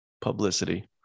publicity